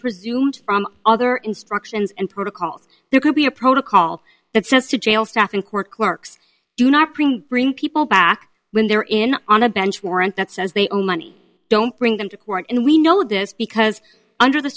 presumed from other instructions and protocols there could be a protocol that says to jail staff in court clerks do not bring bring people back when they're in on a bench warrant that says they owe money don't bring them to court and we know this because under the